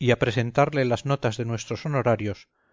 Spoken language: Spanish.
y a presentarle las notas de nuestros honorarios